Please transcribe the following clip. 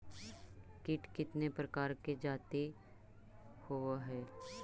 कीट कीतने प्रकार के जाती होबहय?